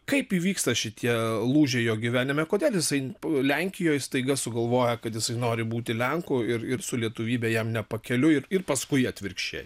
kaip įvyksta šitie lūžiai jo gyvenime kodėl jisai lenkijoj staiga sugalvoja kad jisai nori būti lenku ir ir su lietuvybe jam nepakeliui ir ir paskui atvirkščiai